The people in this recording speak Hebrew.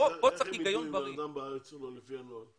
אז איך הם יידעו אם בן אדם בארץ לפי הנוהל?